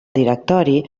directori